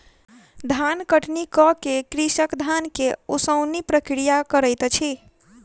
धान कटनी कअ के कृषक धान के ओसौनिक प्रक्रिया करैत अछि